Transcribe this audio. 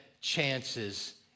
chances